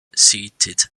seated